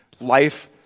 Life